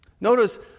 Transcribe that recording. Notice